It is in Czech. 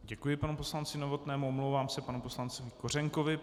Děkuji panu poslanci Novotnému, omlouvám se panu poslanci Kořenkovi.